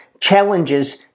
challenges